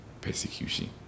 persecution